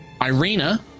Irina